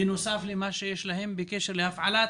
בנוסף למה שיש להם בקשר להפעלת